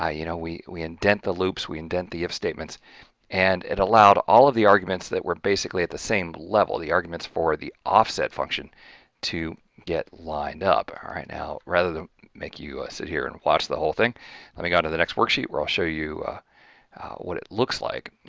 ah you know we we indent the loops, we indent the if statements and it allowed all of the arguments that were basically at the same level, the arguments for the offset function to get lined up. and all right, now rather than make you sit here and watch the whole thing let me go to the next worksheet where i'll show you what it looks like.